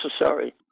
necessary